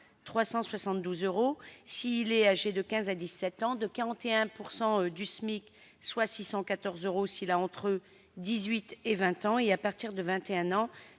372 euros, s'il est âgé de 15 à 17 ans ; de 41 % du SMIC, soit 614 euros, entre 18 et 20 ans ; à partir de 21 ans,